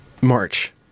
March